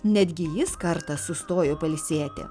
netgi jis kartą sustojo pailsėti